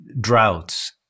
droughts